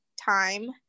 time